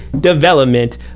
Development